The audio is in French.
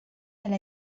elle